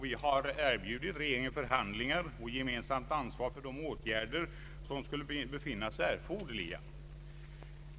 Vi har erbjudit regeringen förhandlingar och gemensamt ansvar för de åtgärder som kunde befinnas erforderliga.